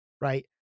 right